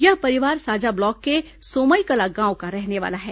यह परिवार साजा ब्लॉक के सोमईकला गांव का रहने वाला है